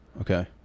Okay